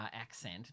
accent